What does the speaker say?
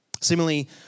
Similarly